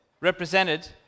represented